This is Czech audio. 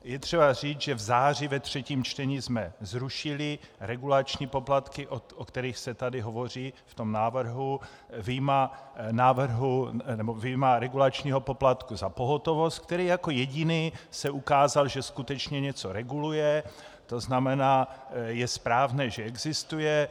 Je třeba říct, že v září ve třetím čtení jsme zrušili regulační poplatky, o kterých se tady hovoří v tom návrhu, vyjma regulačního poplatku za pohotovost, který jako jediný se ukázal, že skutečně něco reguluje, to znamená, je správné, že existuje.